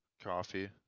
coffee